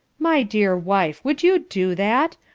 my dear wife! would you do that?